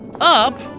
up